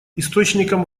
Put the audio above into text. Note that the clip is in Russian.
источником